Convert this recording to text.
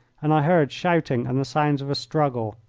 and i heard shouting and the sounds of a struggle.